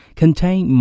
contain